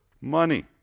money